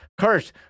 Kurt